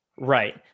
Right